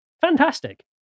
Fantastic